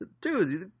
Dude